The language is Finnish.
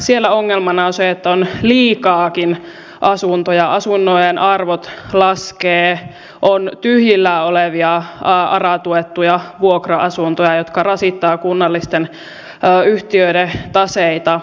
siellä ongelmana on se että on liikaakin asuntoja asuntojen arvot laskevat on tyhjillään olevia ara tuettuja vuokra asuntoja jotka rasittavat kunnallisten yhtiöiden taseita